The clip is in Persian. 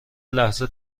لحظه